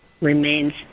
remains